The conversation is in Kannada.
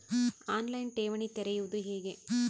ಆನ್ ಲೈನ್ ಠೇವಣಿ ತೆರೆಯುವುದು ಹೇಗೆ?